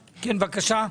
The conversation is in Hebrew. בבקשה,